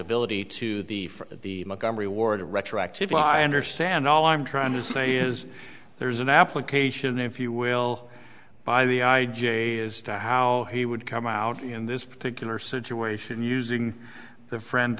ability to the for the mcgovern reward retroactively i understand all i'm trying to say is there is an application if you will by the i j as to how he would come out in this particular situation using the friend